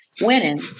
winning